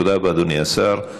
תודה רבה, אדוני השר.